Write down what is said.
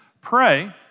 pray